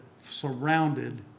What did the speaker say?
surrounded